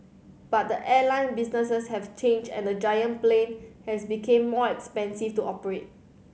but the airline business has changed and the giant plane has become more expensive to operate